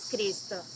Cristo